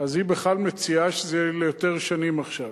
היא בכלל מציעה שזה יהיה ליותר שנים עכשיו,